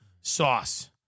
sauce